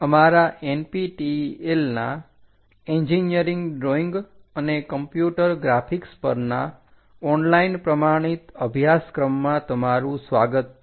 અમારા NPTEL ના engineering drawing અને કમ્પ્યુટર ગ્રાફિક્સ પરના ઓનલાઈન પ્રમાણિત અભ્યાસક્રમમાં તમારું સ્વાગત છે